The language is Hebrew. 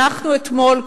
אתמול,